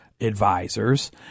advisors